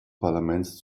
parlaments